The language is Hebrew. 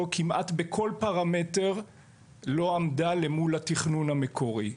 כמעט בכל פרמטר לא עמדה למול התכנון המקורי.